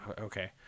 okay